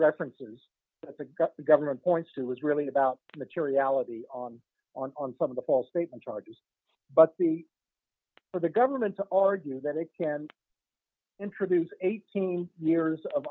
references that the got the government points to was really about the to reality on on on some of the false statement charges but the for the government to argue that it can introduce eighteen years of